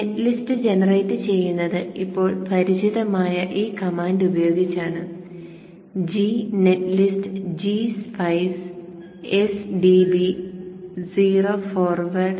net list generate ചെയ്യുന്നത് ഇപ്പോൾ പരിചിതമായ ഈ കമാൻഡ് ഉപയോഗിച്ചാണ് g net list g spice sdb o forward